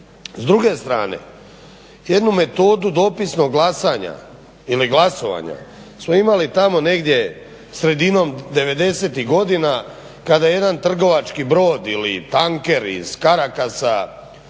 S druge strane jednu metodu dopisnog glasanja ili glasovanja smo imali tamo negdje sredinom 90.-tih godina kada je jedan trgovački brod ili tanker iz Karakasa